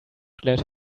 let